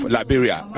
Liberia